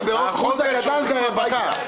הם בעוד חודש הולכים הביתה.